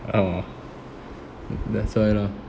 oh that's why lah